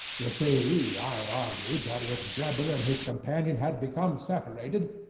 you see, i argued that if drebber and his companion had become separated,